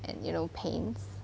and you know paint